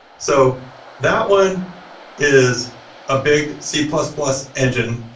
so that one is a big c plus plus engine.